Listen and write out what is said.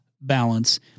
balance